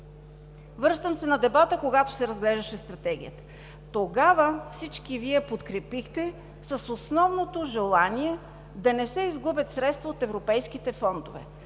Връщам се на дебата, когато се разглеждаше Стратегията. Тогава всички Вие подкрепихте, но с основното желание да не се изгубят средства от европейските фондове.